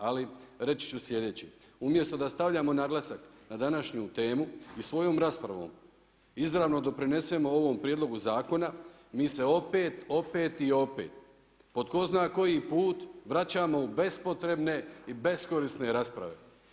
Ali reći ću sljedeće, umjesto da stavljamo naglasak na današnju temu i svojom raspravom izravno doprinesemo ovom prijedlogu zakona, mi se opet, opet i opet po tko zna koji put vraćamo u bespotrebne i beskorisne rasprave.